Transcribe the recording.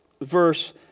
verse